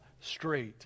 straight